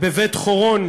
בבית-חורון